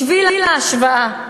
בשביל ההשוואה,